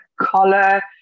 color